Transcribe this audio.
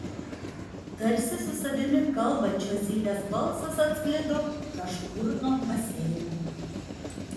tarsi su savimi kalbančio zylės balsas atsklido kažkur nuo baseino